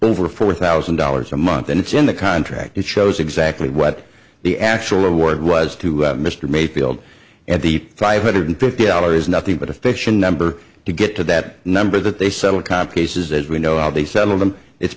over four thousand dollars a month and it's in the contract it shows exactly what the actual award was to mr mayfield at the five hundred fifty dollars nothing but official number to get to that number that they settle comp cases as we know how they settle them it's